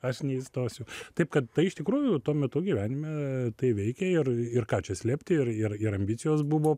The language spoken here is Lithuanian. aš neįstosiu taip kad tai iš tikrųjų tuo metu gyvenime tai veikė ir ir ką čia slėpti ir ir ir ambicijos buvo